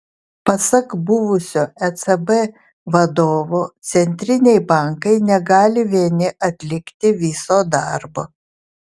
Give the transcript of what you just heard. pasak buvusio ecb vadovo centriniai bankai negali vieni atlikti viso darbo